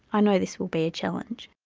i know this will be a challenge.